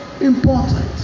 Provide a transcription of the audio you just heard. important